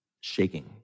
shaking